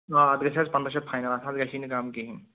آ اَتھ گژھِ حظ پنٛداہ شیٚتھ فاینَل اَتھ حظ گژھی نہٕ کَم کِہیٖنٛۍ